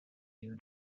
you